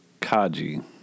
Kaji